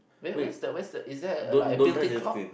where where's the where's the is there like a built in clock